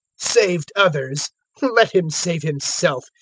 saved others let him save himself,